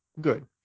good